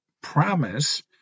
promise